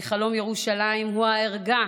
כי חלום ירושלים הוא הערגה